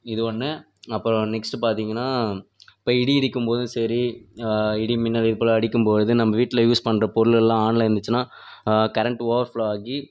இ இது ஒன்று அப்புறம் நெக்ஸ்ட் பார்த்தீங்ன்னா இப்போ இடி இடிக்கும் போது சரி இடி மின்னல் இதுப்போல் அடிக்கும் பொழுது நம்ம வீட்டில் யூஸ் பண்ணுற பொருளெல்லாம் ஆனில் இருந்துச்சுன்னா கரண்ட் ஓவர் ஃப்லோவ் ஆகி